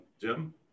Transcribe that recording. Jim